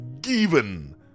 given